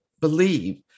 believe